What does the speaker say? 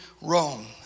Rome